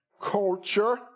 culture